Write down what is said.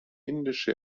indische